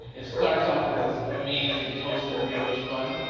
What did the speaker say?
it starts off with this amazing, toasted brioche bun.